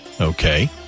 Okay